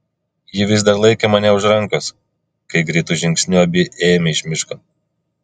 ji vis dar laikė mane už rankos kai greitu žingsniu abi ėjome iš miško